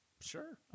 Sure